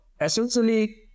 essentially